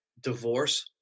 divorce